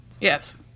Yes